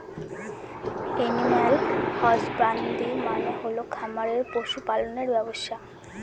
animal husbandry মানে হল খামারে পশু পালনের ব্যবসা